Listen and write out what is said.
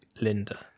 Linda